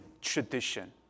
tradition